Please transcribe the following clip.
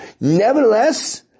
Nevertheless